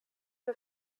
wir